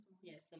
Yes